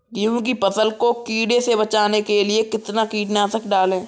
गेहूँ की फसल को कीड़ों से बचाने के लिए कितना कीटनाशक डालें?